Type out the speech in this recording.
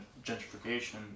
gentrification